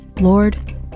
Lord